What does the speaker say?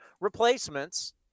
replacements